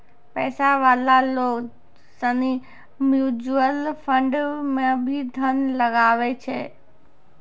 पैसा वाला लोग सनी म्यूचुअल फंड मे भी धन लगवै छै